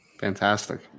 Fantastic